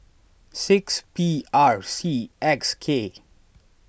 six P R C X K